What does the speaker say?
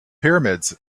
pyramids